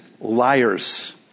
liars